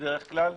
בדרך כלל,